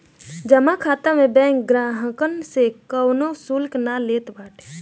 जमा खाता में बैंक ग्राहकन से कवनो शुल्क ना लेत बाटे